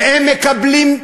והם מקבלים,